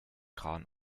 kahn